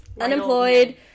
Unemployed